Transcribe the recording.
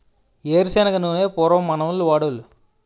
ఏరు శనగ నూనె పూర్వం మనోళ్లు వాడోలు